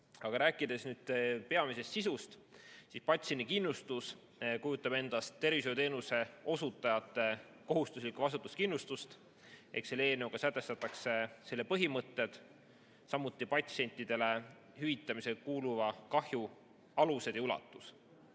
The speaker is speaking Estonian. rääkides nüüd [eelnõu] peamisest sisust, siis patsiendikindlustus kujutab endast tervishoiuteenuse osutajate kohustuslikku vastutuskindlustust. Eelnõuga sätestatakse selle põhimõtted, samuti patsientidele hüvitamisele kuuluva kahju alused ja ulatus.